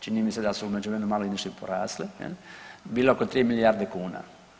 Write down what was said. Čini mi se da su u međuvremenu malo nešto i porasle, bile oko tri milijarde kuna.